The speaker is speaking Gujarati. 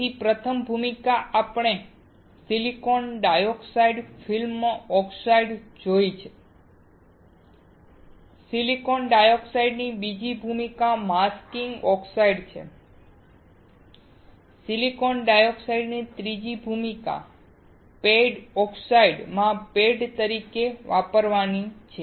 તેથી પ્રથમ ભૂમિકા આપણે સિલિકોન ડાયોક્સાઈડ ફિલ્ડ ઓક્સાઈડ જોઈ છે સિલિકોન ડાયોક્સાઇડની બીજી ભૂમિકા માસ્કિંગ ઓક્સાઇડ છે સિલિકોન ડાયોક્સાઈડની ત્રીજી ભૂમિકા પેડ ઓક્સાઈડ માં પેડ તરીકે વાપરવાની છે